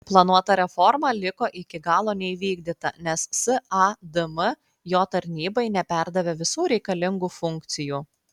planuota reforma liko iki galo neįvykdyta nes sadm jo tarnybai neperdavė visų reikalingų funkcijų